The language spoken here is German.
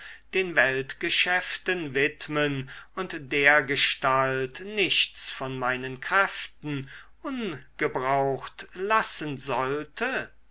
den weltgeschäften widmen und dergestalt nichts von meinen kräften ungebraucht lassen sollte